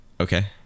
Okay